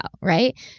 right